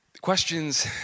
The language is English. questions